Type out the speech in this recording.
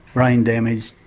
brain damaged,